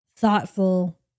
thoughtful